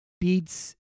beats